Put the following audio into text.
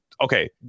okay